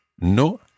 No